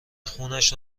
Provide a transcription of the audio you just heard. خونش